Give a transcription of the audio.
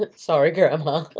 ah sorry, grandma.